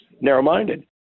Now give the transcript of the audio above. narrow-minded